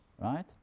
right